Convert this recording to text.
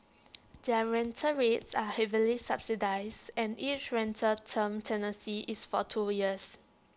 their rental rates are heavily subsidised and each rental term tenancy is for two years